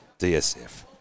DSF